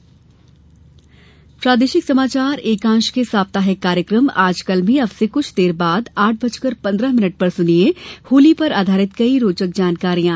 कार्यक्रम सूचना प्रादेशिक समाचार एकांश के साप्ताहिक कार्यक्रम आजकल में अब से कुछ देर बाद शाम आठ बजकर पन्द्रह मिनिट पर सुनिये होली त्यौहार पर आधारित कई रोचक जानकारियां